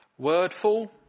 Wordful